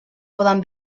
poden